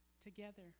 together